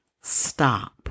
stop